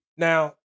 Now